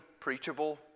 preachable